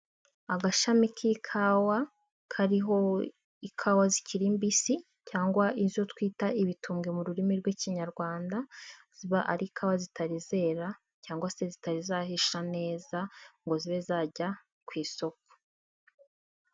Agashami k'ikawa kariho ikawa zikiriri mbisi cyangwa izo twita ibitumbwe mu rurimi rw'ikinyarwanda ziba ari ikawa zitarizera cyangwa se zitazahisha neza ngo zibe zajya ku isoko.